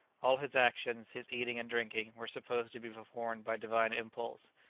all his actions, his eating and drinking, were supposed to be performed by divine impulse.